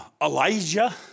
Elijah